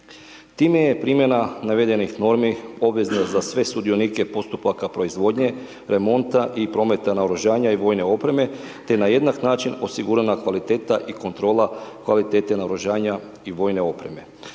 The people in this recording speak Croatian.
Time je primjena navedenih normi obvezna za sve sudionike postupaka proizvodnje, remonta i prometa naoružanja i vojne opreme te na jednak način osigurana kvaliteta i kontrola kvalitete naoružanja i vojne opreme.